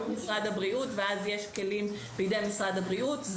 משרד הבריאות ואז יש כלים בידי משרד הבריאות,